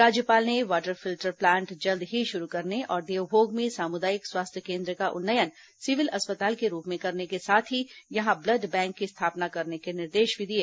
राज्यपाल ने water filter plant जल्द ही शुरू करने तथा देवभोग में सामुदायिक स्वास्थ्य केन्द्र का उन्नयन सिविल अस्पताल के रूप में करने के साथ ही यहां ब्लड बैंक की स्थापना करने के निर्देश भी दिए